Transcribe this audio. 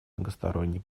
многосторонний